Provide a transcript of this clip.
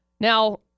Now